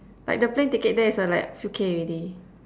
like the plane ticket there is uh like few K already